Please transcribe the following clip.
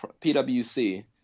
PWC